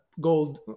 gold